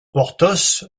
porthos